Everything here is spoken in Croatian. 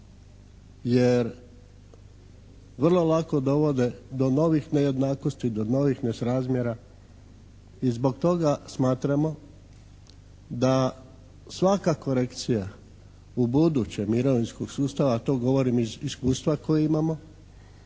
Jer vrlo lako dovode do novih nejednakosti, do novih nesrazmjera i zbog toga smatramo da svaka korekcija ubuduće mirovinskog sustava, to govorim iz iskustva koje imamo,